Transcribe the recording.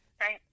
right